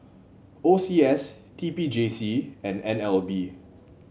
O C S T P J C and N L B